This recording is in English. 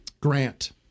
grant